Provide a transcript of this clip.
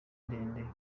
ndende